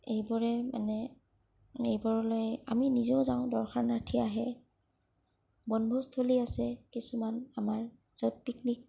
এইবোৰেই মানে এইবোৰলৈ আমি নিজেও যাওঁ দৰ্শনাৰ্থী আহে বনভোজ থলী আছে কিছুমা আমাৰ য'ত পিকনিক